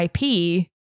IP